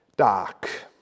dark